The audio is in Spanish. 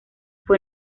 fue